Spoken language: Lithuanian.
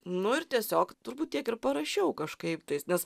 nu ir tiesiog turbūt tiek ir parašiau kažkaip tais nes